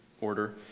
order